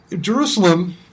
Jerusalem